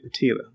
Petila